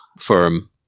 firm